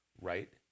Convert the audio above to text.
right